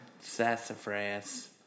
Sassafras